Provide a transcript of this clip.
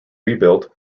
rebuilt